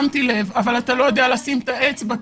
שמתי לב אבל אתה לא יודע לשים את האצבע.